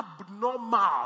abnormal